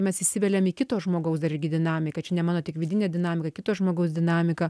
mes įsiveliam į kito žmogaus dargi dinamiką čia ne mano tik vidinė dinamika kito žmogaus dinamika